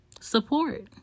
Support